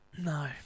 No